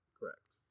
Correct